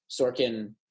sorkin